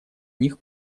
них